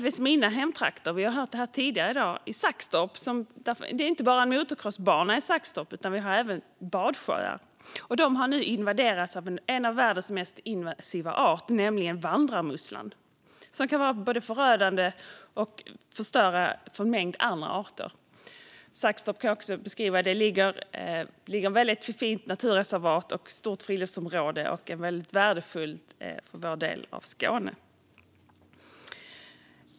Vi har tidigare i dag hört om exempelvis mina hemtrakter, Saxtorp. Där finns inte bara en motocrossbana, utan vi har även badsjöar. De har nu invaderats av en av världens mest invasiva arter, nämligen vandrarmusslan, som kan vara förödande för en mängd andra arter. I Saxtorp finns också ett väldigt fint naturreservat och ett stort friluftsområde, vilket är mycket värdefullt för vår del av Skåne.